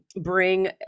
bring